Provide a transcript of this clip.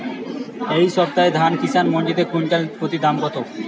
এই সপ্তাহে ধান কিষান মন্ডিতে কুইন্টাল প্রতি দাম কত?